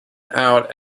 out